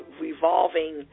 revolving